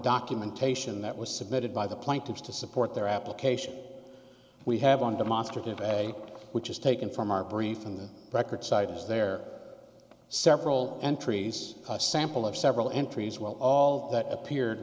documentation that was submitted by the plaintiffs to support their application we have on demonstrative a which is taken from our brief in the record cited as there are several entries a sample of several entries well all of that appeared